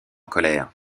colère